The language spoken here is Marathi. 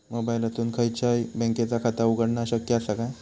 मोबाईलातसून खयच्याई बँकेचा खाता उघडणा शक्य असा काय?